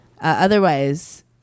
Otherwise